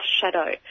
shadow